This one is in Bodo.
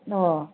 अ